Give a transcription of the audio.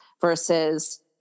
versus